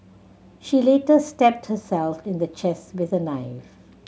she later stabbed herself in the chest with a knife